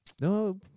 No